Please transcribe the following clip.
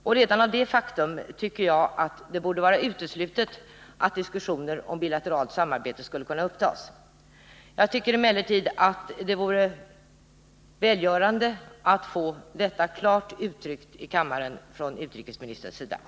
Redan på grund av detta faktum tycker jag att det borde vara uteslutet att diskussioner om bilateralt samarbete upptas. Jag anser emellertid att det vore välgörande att av utrikesministern få detta klart uttryckt i kammaren.